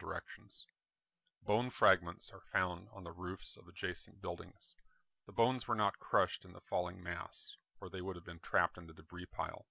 directions bone fragments or falun on the roofs of the chasing buildings the bones were not crushed in the falling mouse or they would have been trapped in the debris pile